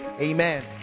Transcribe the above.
Amen